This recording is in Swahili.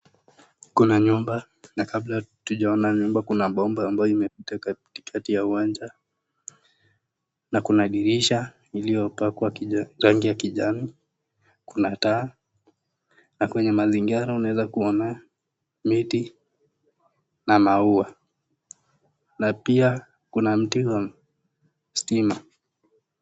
Kuna nyumba. Na kabla hatujaona nyumba, kuna bomba ambayo imepita katikati ya uwanja na kuna dirisha iliyopakwa rangi ya kijani. Kuna taa. Na kwenye mazingira unaeza kuona miti na maua na pia kuna mti wa stima.